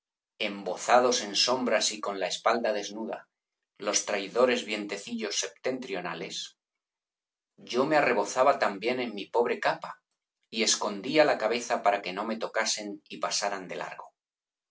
galdós en sombras y con la espada desnuda los traidores vientecillos septentrionales yo me arrebozaba también en mi pobre capa y escondía la cabeza para que no me tocasen y pasaran de largo el